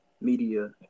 media